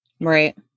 Right